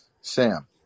sam